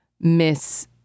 miss